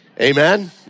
Amen